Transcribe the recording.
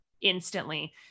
instantly